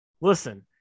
Listen